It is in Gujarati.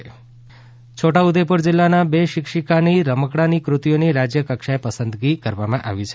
છોટા ઉદેપુર છોટાઉદેપુર જિલ્લાના બે શિક્ષિકાની રમકડાંની કૃતિઓની રાજ્ય કક્ષાએ પસંદગી પામી છે